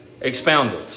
expounded